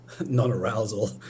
non-arousal